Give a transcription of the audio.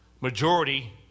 Majority